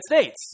States